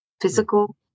physical